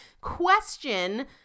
Question